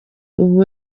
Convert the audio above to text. ubu